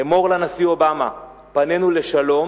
אמור לנשיא אובמה: פנינו לשלום